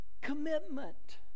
commitment